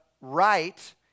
right